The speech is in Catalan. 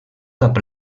cap